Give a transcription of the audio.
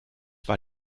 war